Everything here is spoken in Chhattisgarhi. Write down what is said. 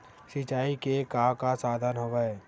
सिंचाई के का का साधन हवय?